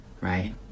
right